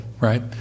Right